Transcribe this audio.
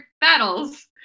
battles